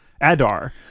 Adar